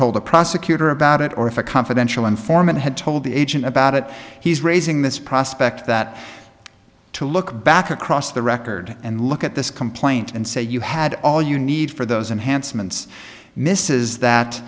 told a prosecutor about it or if a confidential informant had told the agent about it he's raising this prospect that to look back across the record and look at this complaint and say you had all you need for those enhanced minutes misses that